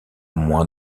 moins